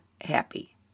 happy